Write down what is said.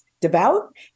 devout